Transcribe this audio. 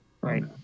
right